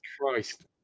Christ